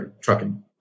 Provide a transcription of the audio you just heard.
trucking